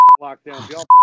lockdown